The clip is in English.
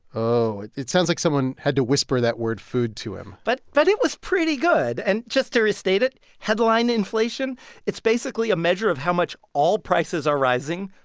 oh, it sounds like someone had to whisper that word food to him but but it was pretty good. and just to restate it, headline inflation it's basically a measure of how much all prices are rising.